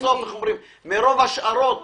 ובסוף מרוב השארות